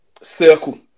circle